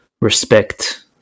respect